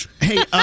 Hey